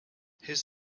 his